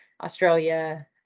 australia